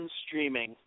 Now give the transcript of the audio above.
streaming